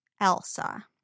Elsa